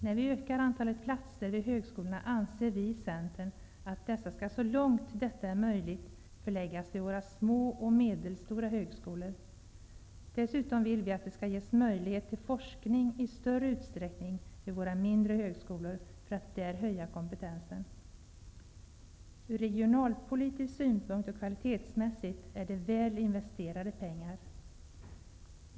När antalet platser vid högskolorna skall utökas anser vi i Centern att de nya platserna, så långt det är möjligt, skall förläggas till våra små och medelstora högskolor. Dessutom vill vi att det i större utsträckning skall ges möjlighet till forskning vid våra mindre högskolor för att där höja kompetensen. Ur regionalpolitisk och kvalitetsmässig synpunkt är det väl investerade pengar.